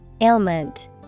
Ailment